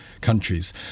countries